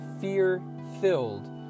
fear-filled